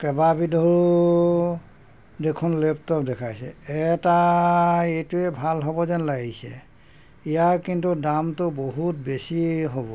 কেইবাবিধো দেখোন লেপটপ দেখাইছে এটা এইটোৱেই ভাল হ'ব যেন লাগিছে ইয়াৰ কিন্তু দামটো বহুত বেছি হ'ব